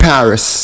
Paris